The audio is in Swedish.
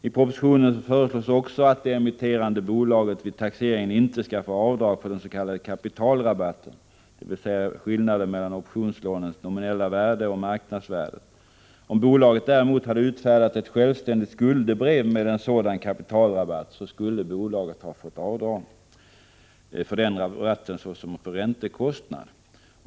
I propositionen föreslås också att det emitterande bolaget vid taxeringen inte skall få göra avdrag för den s.k. kapitalrabatten, dvs. skillnaden mellan optionslånens nominella värde och marknadsvärde. Om bolaget däremot hade utfärdat ett självständigt skuldebrev med en sådan kapitalrabatt, skulle bolaget ha fått göra avdrag för den rabatten såsom för räntekostnad.